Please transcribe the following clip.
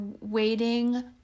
waiting